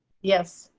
yes.